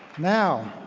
now,